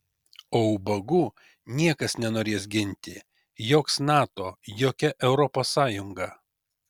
o ubagų niekas nenorės ginti joks nato jokia europos sąjunga